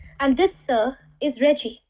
and this sir, is reggie!